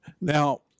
Now